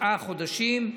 כתשעה חודשים,